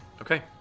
Okay